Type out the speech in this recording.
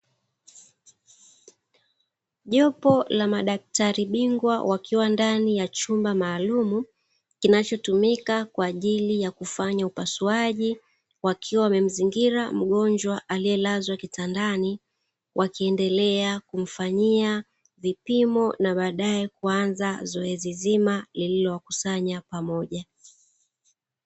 Jopo la madaktari bingwa wakiwa ndani ya chumba maalumu kinachotumika kwa ajili ya kufanya upasuaji, wakiwa wamemzingira mgonjwa aliyelazwa kitandani, wakiendelea kumfanyia vipimo na baadae kuanza zoezi zima lililowakusanya pamoja.